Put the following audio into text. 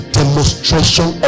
demonstration